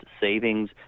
savings